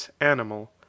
animal